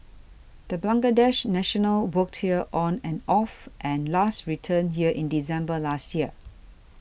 the Bangladesh national worked here on and off and last returned here in December last year